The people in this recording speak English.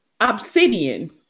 Obsidian